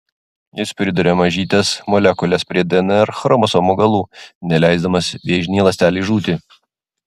jis priduria mažytes molekules prie dnr chromosomų galų neleisdamas vėžinei ląstelei žūti